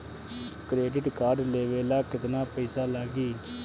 Credit card लेवे ला केतना पइसा लागी?